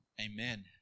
Amen